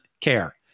care